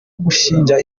gushinga